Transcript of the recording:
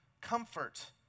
comfort